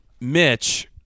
Mitch